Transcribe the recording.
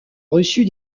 reçut